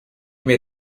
mnie